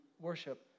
worship